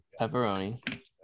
Pepperoni